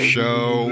Show